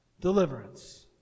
deliverance